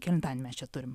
kelintadienį mes čia turim